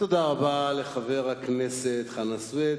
תודה רבה לחבר הכנסת חנא סוייד.